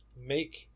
make